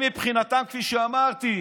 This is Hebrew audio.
מבחינתם, כפי שאמרתי,